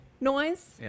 noise